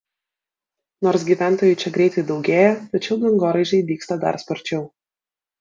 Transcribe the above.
nors gyventojų čia greitai daugėja tačiau dangoraižiai dygsta dar sparčiau